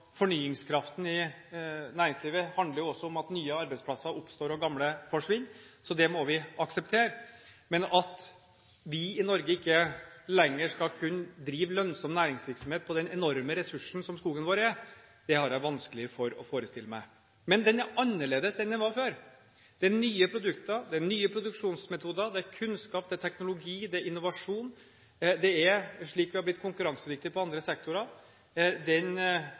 fornyingskraften i næringslivet handler også om at nye arbeidsplasser oppstår og gamle forsvinner. Det må vi akseptere. Men at vi i Norge ikke lenger skal kunne drive lønnsom næringsvirksomhet på den enorme ressursen som skogen vår er, har jeg vanskelig for å forestille meg. Men den er annerledes enn den var før. Det er nye produkter, det er nye produksjonsmetoder, det er kunnskap, det er teknologi, det er innovasjon. Det er slik vi har blitt konkurransedyktige på andre sektorer. Det er den